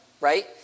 Right